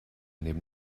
neben